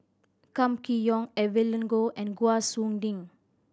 Kam Kee Yong Evelyn Goh and